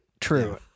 True